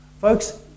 Folks